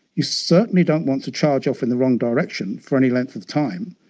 you certainly don't want to charge off in the wrong direction for any length of time,